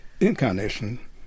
incarnation